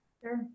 Sure